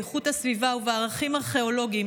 באיכות הסביבה ובערכים ארכיאולוגיים,